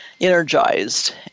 energized